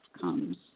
comes